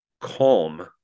calm